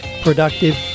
productive